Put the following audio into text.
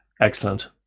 Excellent